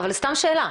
סתם שאלה,